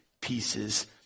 pieces